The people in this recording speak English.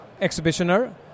exhibitioner